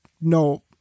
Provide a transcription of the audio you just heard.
no